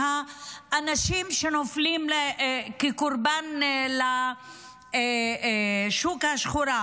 מהאנשים שנופלים קורבן לשוק השחור.